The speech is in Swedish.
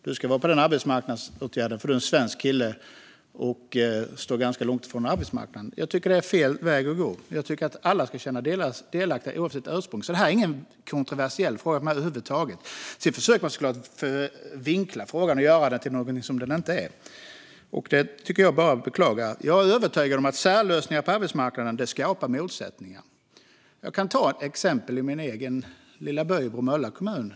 Du ska vara på den arbetsmarknadsåtgärden, för du en svensk kille som står långt från arbetsmarknaden. Jag tycker att det är fel väg att gå. Jag tycker att alla ska känna sig delaktiga, oavsett ursprung. Det är ingen kontroversiell fråga över huvud taget. Sedan försöker man såklart vinkla frågan och göra den till något som den inte är. Det är bara att beklaga. Jag är övertygad om att särlösningar på arbetsmarknaden skapar motsättningar. Jag kan ta ett exempel från min egen lilla by i Bromölla kommun.